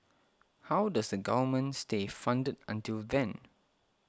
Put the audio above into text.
how does the Government stay funded until then